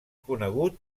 conegut